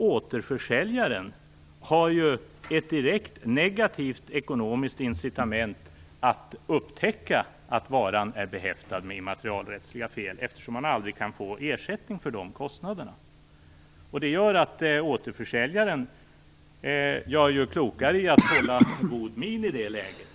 Återförsäljaren har ju ett direkt negativt ekonomiskt incitament till att upptäcka att varan är behäftad med immaterialrättsliga fel eftersom man aldrig kan få ersättning för de kostnaderna. Det gör att återförsäljaren gör klokare i att hålla god min i det läget.